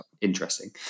Interesting